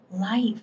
life